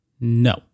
No